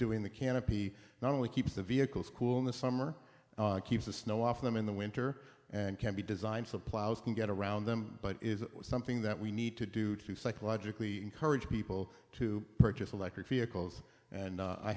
doing the canopy not only keeps the vehicle school in the summer keeps the snow off them in the winter and can be designed supplies can get around them but is something that we need to do to psychologically courage people to purchase electric vehicles and